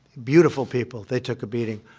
beautiful people. they took a beating.